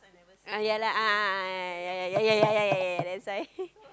ah ya lah a'ah a'ah ya ya ya ya that's why